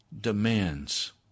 demands